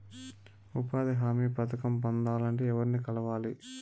ఉపాధి హామీ పథకం పొందాలంటే ఎవర్ని కలవాలి?